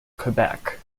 quebec